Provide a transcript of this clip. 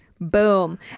Boom